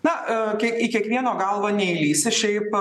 na kiek į kiekvieno galvą neįlįsi šiaip